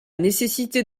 nécessité